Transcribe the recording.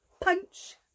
punch